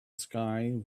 sky